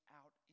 out